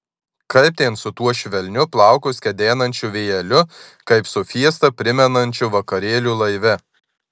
kaip ten su tuo švelniu plaukus kedenančiu vėjeliu kaip su fiestą primenančiu vakarėliu laive